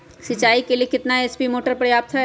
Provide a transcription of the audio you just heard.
सिंचाई के लिए कितना एच.पी मोटर पर्याप्त है?